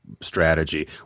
Strategy